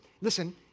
listen